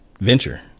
venture